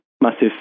massive